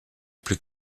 plus